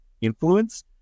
influence